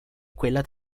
quella